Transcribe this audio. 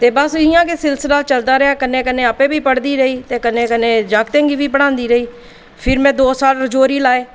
ते बस इं'या गै सिलसिला चलदा रेहा कन्नै कन्नै आपें बी पढ़दी रेही ते कन्नै कन्नै जागतें बी पढ़ांदी रेही फिर में दौं साल रजौरी लाए